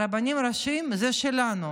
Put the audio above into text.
הרבנים הראשיים זה שלנו,